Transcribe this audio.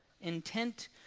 intent